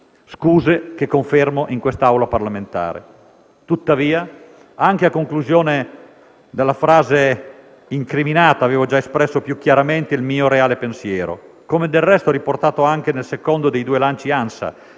Scuse che confermo in questa Aula parlamentare. Tuttavia, anche a conclusione della frase incriminata avevo già espresso più chiaramente il mio reale pensiero, come del resto riportato anche nel secondo dei due lanci ANSA